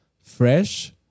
fresh